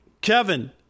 Kevin